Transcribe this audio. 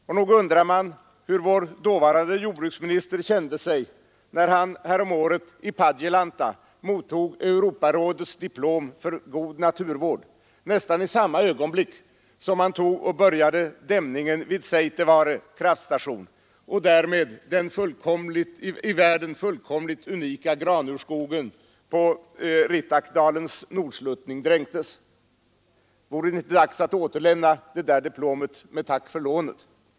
Nog undrar man hur vår dåvarande jordbruksminister kände sig när han häromåret i Padjelanta mottog Europarådets diplom för god naturvård nästan i samma ögonblick som man påbörjade dämningen vid Seitevare och därmed den i världen fullkomligt unika granurskogen på Rittakdalens nordsluttning dränktes. Vore det inte dags att återlämna det diplomet med tack för lånet?